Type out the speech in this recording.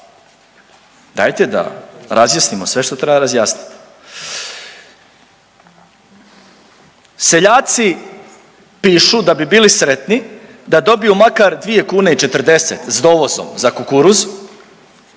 Dajte da razjasnimo sve što treba razjasniti. Seljaci pišu da bi bili sretni da dobiju makar dvije kune i 40 s dovozom za kukuruz,